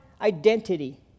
identity